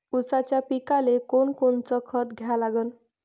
ऊसाच्या पिकाले कोनकोनचं खत द्या लागन?